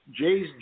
Jay's